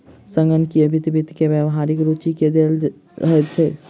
संगणकीय वित्त वित्त के व्यावहारिक रूचि के हल दैत अछि